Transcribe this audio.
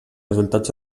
resultats